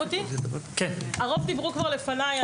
הרוב דיברו כבר לפניי.